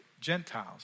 Gentiles